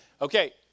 Okay